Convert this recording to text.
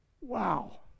Wow